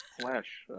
Flash